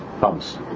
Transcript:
Bumps